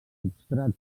substrats